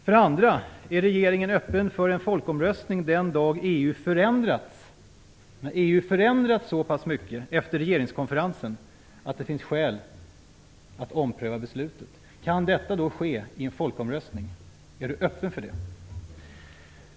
För det andra: Är regeringen öppen för en folkomröstning den dag när EU har förändrats så pass mycket, efter regeringskonferensen, att det finns skäl att ompröva beslutet? Kan detta då ske i en folkomröstning? Är Ingvar Carlsson öppen för det?